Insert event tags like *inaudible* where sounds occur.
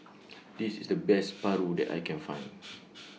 *noise* This IS The Best Paru that I Can Find